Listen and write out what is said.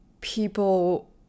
people